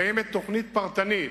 קיימת תוכנית פרטנית